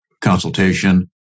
consultation